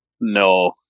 No